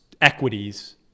equities